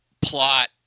plot